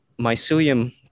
mycelium